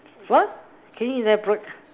what can you elaborate